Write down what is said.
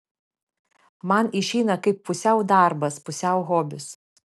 man išeina kaip pusiau darbas pusiau hobis